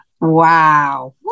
wow